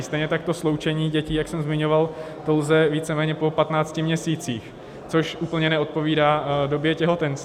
Stejně tak sloučení dětí, jak jsem zmiňoval, pouze víceméně po 15 měsících, což úplně neodpovídá době těhotenství.